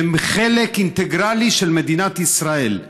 שהם חלק אינטגרלי של מדינת ישראל.